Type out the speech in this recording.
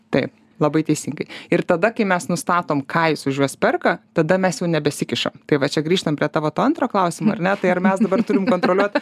tai labai teisingai ir tada kai mes nustatome ką jis už juos perka tada mes jau nebesikišam tai va čia grįžtam prie tavo to antro klausimo ar ne tai ar mes dabar turim kontroliuot